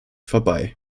vorbei